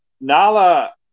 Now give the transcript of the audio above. Nala